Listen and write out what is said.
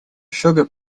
sugar